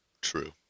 True